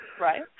Right